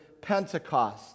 Pentecost